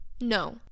No